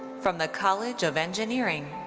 from the college of engineering,